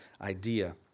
idea